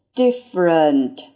different